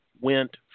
went